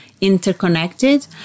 interconnected